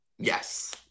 Yes